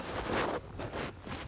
err aglio olio